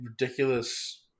ridiculous